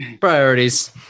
priorities